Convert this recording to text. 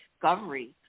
discovery